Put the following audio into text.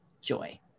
joy